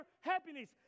happiness